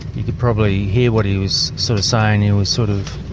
you could probably hear what he was sort of saying. he was sort of,